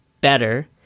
better